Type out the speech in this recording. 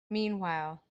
meanwhile